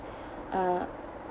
uh